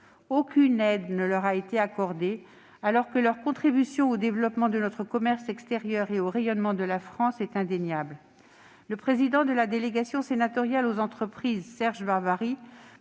Aucune aide ne leur a été accordée, alors que leur contribution au développement de notre commerce extérieur et au rayonnement de la France est indéniable. Serge Babary, le président de la délégation sénatoriale aux entreprises, m'a confié